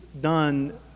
done